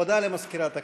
הודעה למזכירת הכנסת.